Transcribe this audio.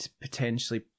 potentially